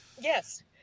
Yes